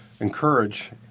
encourage